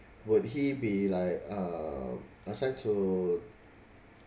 would he be like um assigned to